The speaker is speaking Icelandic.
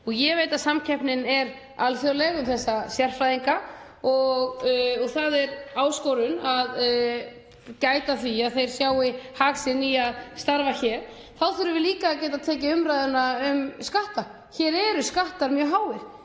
Ég veit að samkeppnin er alþjóðleg um þessa sérfræðinga og það er áskorun að gæta að því að þeir sjái hag sinn í að starfa hér. Þá þurfum við líka að geta tekið umræðuna um skatta. Hér eru skattar mjög háir.